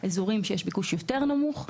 או אזורים שבהם יש ביקוש יותר נמוך.